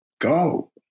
go